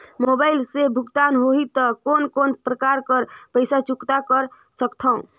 Mobile से भुगतान होहि त कोन कोन प्रकार कर पईसा चुकता कर सकथव?